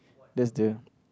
that's the